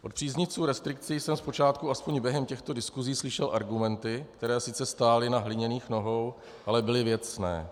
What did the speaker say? Od příznivců restrikcí jsem zpočátku aspoň během těchto diskusí slyšel argumenty, které sice stály na hliněných nohou, ale byly věcné.